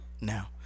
Now